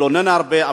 מתלונן הרבה,